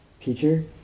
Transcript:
teacher